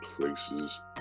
places